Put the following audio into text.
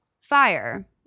Fire